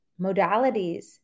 modalities